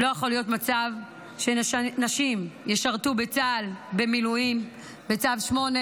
לא יכול להיות מצב שנשים ישרתו בצה"ל במילואים בצו 8,